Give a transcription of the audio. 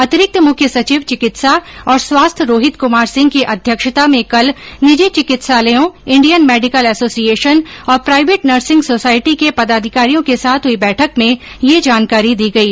अतिरिक्त मुख्य सचिव चिकित्सा और स्वास्थ्य रोहित कुमार सिंह की अध्यक्षता में कल निजी चिकित्सालयों इंडियन मेडिकल एसोसिएशन और प्राईवेट नर्सिंग सोसायटी के पदाधिकारियों के साथ हई बैठक में यह जानकारी दी गई